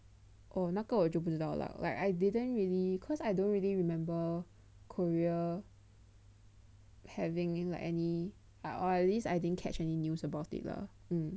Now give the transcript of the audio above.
oh 那个我就不知道 lah like I didn't really cause I don't really remember Korea having like any or at least I didn't catch any news about it lah